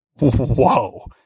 whoa